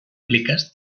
pliques